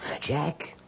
Jack